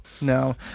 No